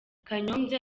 kanyombya